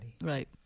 Right